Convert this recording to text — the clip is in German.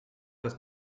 das